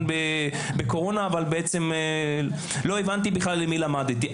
בקורונה אבל לא הבנתי בכלל עם מי למדתי.